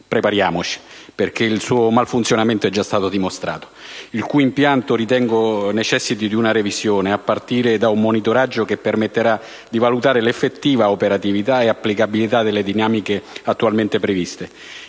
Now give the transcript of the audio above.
prepariamoci, perché il suo malfunzionamento è già stato dimostrato. Ritengo infatti che tale sistema necessiti di una revisione, a partire da un monitoraggio che permetterà di valutare l'effettiva operatività e applicabilità delle dinamiche attualmente previste,